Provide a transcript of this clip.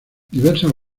diversas